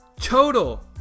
total